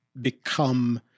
become